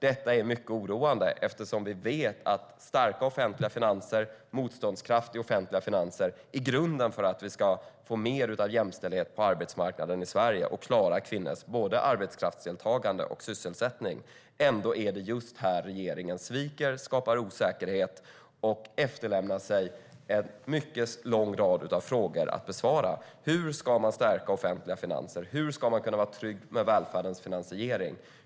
Detta är mycket oroande eftersom vi vet att starka offentliga finanser och motståndskraft i offentliga finanser är grunden för att vi ska få mer jämställdhet på arbetsmarknaden i Sverige och klara kvinnors både arbetskraftsdeltagande och sysselsättning. Ändå är det just här regeringen sviker, skapar osäkerhet och lämnar efter sig en mycket lång rad frågor att besvara. Hur ska man stärka offentliga finanser? Hur ska man kunna vara trygg med välfärdens finansiering?